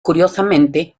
curiosamente